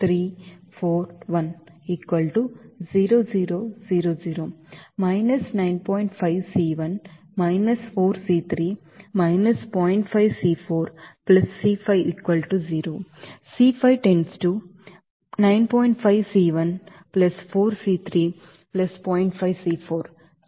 ಆದ್ದರಿಂದ ಪರಿಹಾರವು ಈ ಎಂದು ಹೇಳುತ್ತದೆ